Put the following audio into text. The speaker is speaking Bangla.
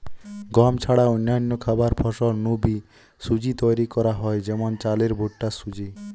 গম ছাড়া অন্যান্য খাবার ফসল নু বি সুজি তৈরি করা হয় যেমন চালের ভুট্টার সুজি